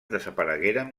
desaparegueren